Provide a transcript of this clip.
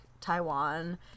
Taiwan